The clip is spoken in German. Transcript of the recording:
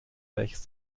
welches